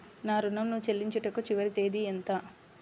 నా ఋణం ను చెల్లించుటకు చివరి తేదీ ఎంత?